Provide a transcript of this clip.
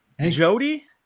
Jody